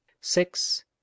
six